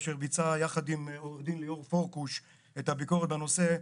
אשר ביצעה ביחד עם עוה"ד ליאור פורקוש את הביקורת בנושא,